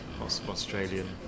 Australian